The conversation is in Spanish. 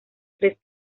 tres